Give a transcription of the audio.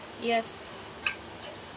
Yes